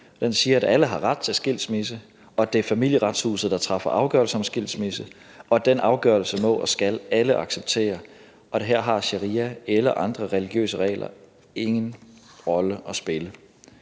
Den siger, at alle har ret til skilsmisse, og at det er Familieretshuset, der træffer afgørelse om skilsmisse, og den afgørelse må og skal alle acceptere, og her har sharia eller andre religiøse regler ingen rolle at spille.